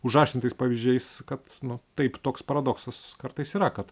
užaštrintais pavyzdžiais kad nu taip toks paradoksas kartais yra kad